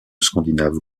scandinave